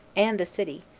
and the city,